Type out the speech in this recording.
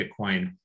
Bitcoin